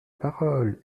parole